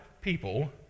people